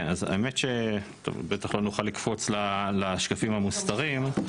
טוב, בטח לא נוכל לקפוץ לשקפים המוסתרים.